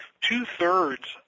two-thirds